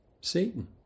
Satan